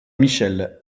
michels